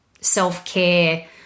self-care